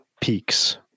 peaks